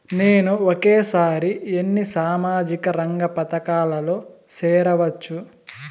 నేను ఒకేసారి ఎన్ని సామాజిక రంగ పథకాలలో సేరవచ్చు?